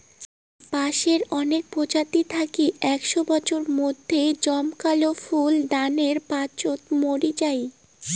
বাঁশের অনেক প্রজাতি থাকি একশও বছর মইধ্যে জমকালো ফুল দানের পাচোত মরি যাই